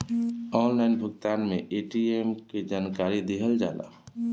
Online भुगतान में ATM के जानकारी दिहल जाला?